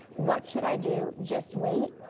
what should i do, just wait?